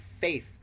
faith